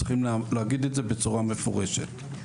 צריכים להגיד זאת בצורה מפורשת.